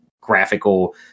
graphical